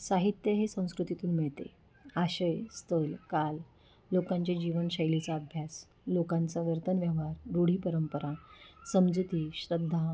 साहित्य हे संस्कृतीतून मिळते आशय स्थल काल लोकांच्या जीवनशैलीचा अभ्यास लोकांचा वर्तन व्यवहार रूढी परंपरा समजुती श्रद्धा